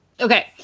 Okay